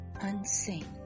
unseen